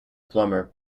plummer